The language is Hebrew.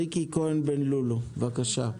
ריקי כהן בן לולו, בבקשה.